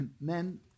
men